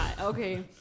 Okay